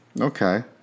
okay